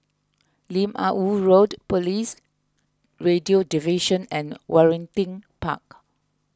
Lim Ah Woo Road Police Radio Division and Waringin Park